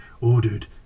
ordered